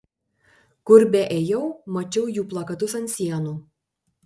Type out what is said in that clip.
kur beėjau mačiau jų plakatus ant sienų